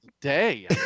day